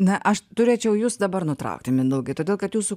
na aš turėčiau jus dabar nutraukti mindaugai todėl kad jūsų